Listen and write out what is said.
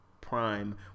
prime